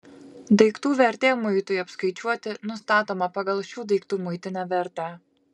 daiktų vertė muitui apskaičiuoti nustatoma pagal šių daiktų muitinę vertę